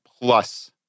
plus